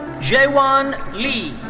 jaewon lee.